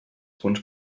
punts